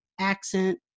accent